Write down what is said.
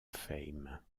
fame